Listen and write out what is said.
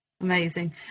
Amazing